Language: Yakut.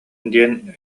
диэн